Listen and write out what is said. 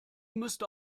müsste